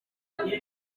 kare